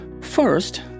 First